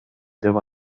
деп